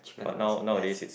but now nowadays is